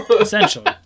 Essentially